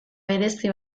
berezi